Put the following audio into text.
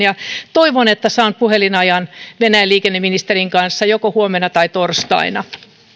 toivon että saan puhelinajan venäjän liikenneministerin kanssa joko huomenna tai torstaina